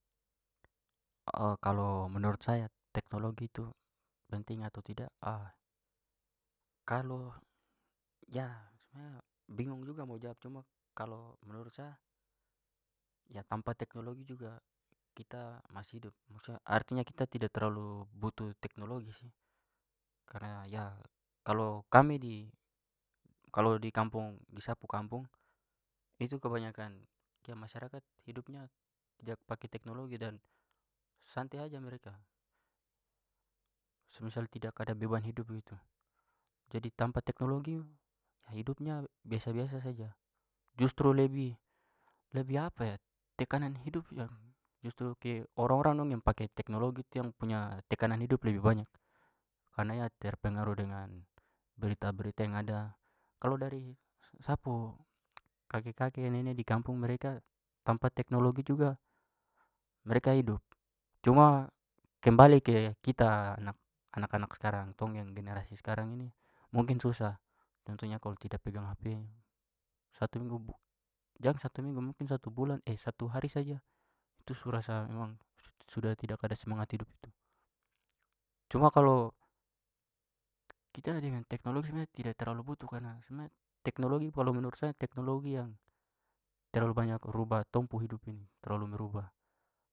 kalo menurut saya teknologi itu penting atau tidak kalau sebenarnya bingung juga mau jawab cuma kalau menurut sa ya tanpa teknologi juga kita masih hidup maksudnya artinya kita tidak terlalu butuh teknologi sih karena ya kalau kami di kalau di kampung di sa pu kampung itu kebanyakan kayak masyarakat hidupnya tidak pakai teknologi dan santai saja mereka, semisal tidak ada beban hidup begitu. Jadi tanpa teknologi hidupnya biasa-biasa saja. Justru lebih- lebih tekanan hidup yang justru ke orang-orang dong yang pake teknologi tu yang punya tekanan hidup lebih banyak karena ya terpengaruh dengan berita-berita yang ada. Kalo dari sa pu kake-kake nene di kampung mereka tampa teknologi juga mereka hidup. Cuma kembali ke kita anak- anak-anak sekarang tong yang generasi sekarang ini mungkin susah. Contohnya kalau tidak pegang HP satu minggu jang satu minggu mungkin satu bulan satu hari saja itu su rasa memang sudah tidak ada semangat hidup. Cuma kalau kita dengan teknologi sebenarnya tidak terlalu butuh karena sebenarnya teknologi kalau menurut saya teknologi yang terlalu banyak rubah tong pu hidup ini terlalu merubah.